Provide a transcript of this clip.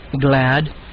glad